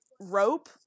rope